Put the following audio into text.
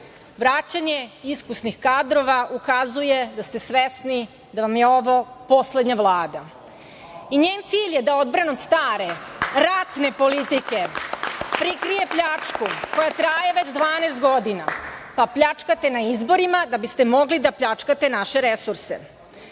EU.Vraćanje iskusnih kadrova ukazuje da ste svesni da vam je ovo poslednja Vlada i njen cilj je da odbranom stare, ratne politike prikrije pljačku koja traje već 12 godina, pa pljačkate na izborima da biste mogli da pljačkate naše resurse. Mandatar